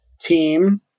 team